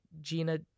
Gina